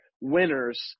winners